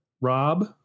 Rob